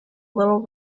little